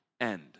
end